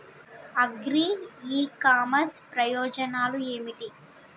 Agri e commerce ప్రయోజనాలు ఏమిటి?